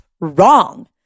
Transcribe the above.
wrong